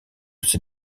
ses